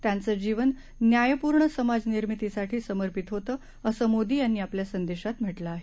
त्याचं जीवन न्यायपूर्ण समाजनिर्मितीसाठी समर्पित होतं असं मोदी यांनी आपल्या संदेशात म्हटलं आहे